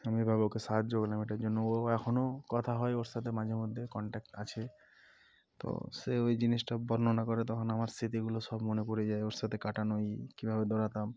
আমি এভাবে ওকে সাহায্য করলাম এটার জন্য ও এখনও কথা হয় ওর সাথে মাঝে মধ্যে কন্ট্যাক্ট আছে তো সে ওই জিনিসটা বর্ণনা করে তখন আমার স্মৃতিগুলো সব মনে পড়ে যায় ওর সাথে কাটানো ই কীভাবে দৌড়াতাম